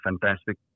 fantastic